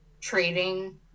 trading